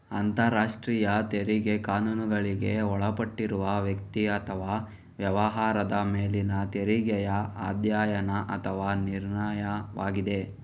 ಅಂತರರಾಷ್ಟ್ರೀಯ ತೆರಿಗೆ ಕಾನೂನುಗಳಿಗೆ ಒಳಪಟ್ಟಿರುವ ವ್ಯಕ್ತಿ ಅಥವಾ ವ್ಯವಹಾರದ ಮೇಲಿನ ತೆರಿಗೆಯ ಅಧ್ಯಯನ ಅಥವಾ ನಿರ್ಣಯವಾಗಿದೆ